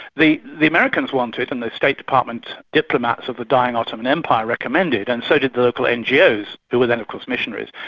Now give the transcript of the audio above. the the americans wanted and the state department diplomats of the dying ottoman empire recommended, and so did the local ngos, who were then of course, missionaries,